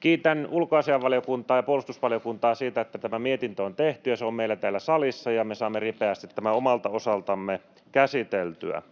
Kiitän ulkoasiainvaliokuntaa ja puolustusvaliokuntaa siitä, että tämä mietintö on tehty ja se on meillä täällä salissa ja me saamme ripeästi tämän omalta osaltamme käsiteltyä.